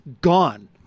gone